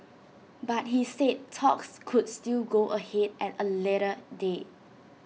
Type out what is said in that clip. but he said talks could still go ahead at A later date